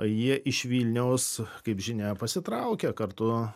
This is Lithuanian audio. jie iš vilniaus kaip žinia pasitraukė kartu